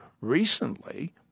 recently